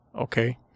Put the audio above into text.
Okay